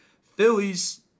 Phillies